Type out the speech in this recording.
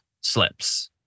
slips